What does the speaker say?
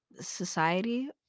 society